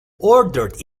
ordered